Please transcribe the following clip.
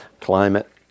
climate